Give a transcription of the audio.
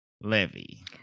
Levy